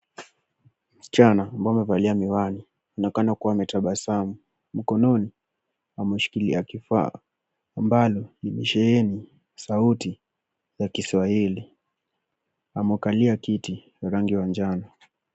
Msichana ambaye amevalia miwani anaonekana kama ametabasamu. Mkononi ameshuikilia kifaa ambalo limesheheni sauti ya kiswahili. Amekalia kiti ya rangi ya njano.